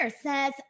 says